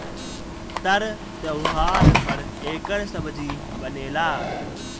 तर त्योव्हार पर एकर सब्जी बनेला